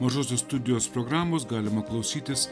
mažosios studijos programos galima klausytis